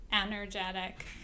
energetic